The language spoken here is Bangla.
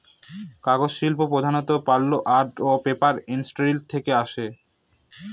কাগজ শিল্প প্রধানত পাল্প আন্ড পেপার ইন্ডাস্ট্রি থেকে আসে